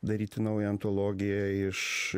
daryti naują antologiją iš